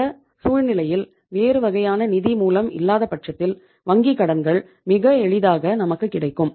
இந்த சூழ்நிலையில் வேறு வகையான நிதி மூலம் இல்லாதபட்சத்தில் வங்கி கடன்கள் மிக எளிதாக நமக்கு கிடைக்கும்